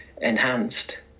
enhanced